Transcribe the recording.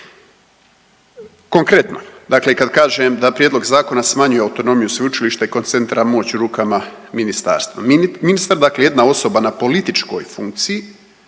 Konkretno, dakle kad kažem da prijedlog zakona smanjuje autonomiju sveučilišta i koncentrira moć u rukama ministarstva. Ministar je dakle jedna osoba na političkoj funkciji